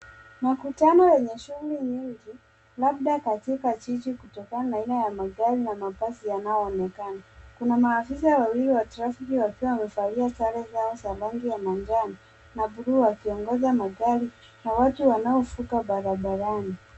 Makutano yenye shughuli nyingi labda katika jiji kutokana na aina ya magari na mabasi yanayoonekana. Kuna maafisa wawili wa trafiki wakiwa wamevalia sare zao za rangi ya manjano na bluu wakiongoza magari na watu wanaovuka barabarani.